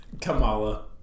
Kamala